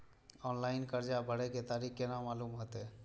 Online कर्जा भरे के तारीख केना मालूम होते?